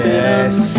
Yes